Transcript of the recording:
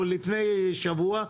או לפני שבוע,